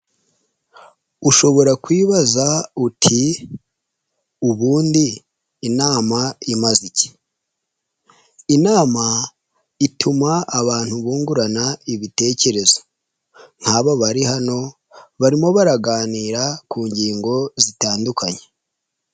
Ushobora kwibaza uti: "Ubundi inama imaze iki?" Inama ituma abantu bungurana ibitekerezo nk'abo bari hano barimo baraganira ku ngingo zitandukanye.